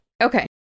okay